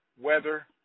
weather